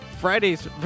Friday's